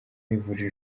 ivuriro